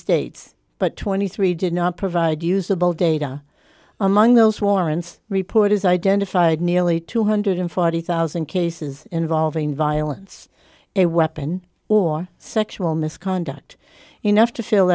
states but twenty three did not provide usable data among those warrants report is identified nearly two hundred and forty thousand cases involving violence a weapon or sexual misconduct enough to fill